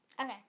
Okay